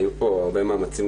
היו פה הרבה מאמצים,